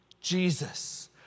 Jesus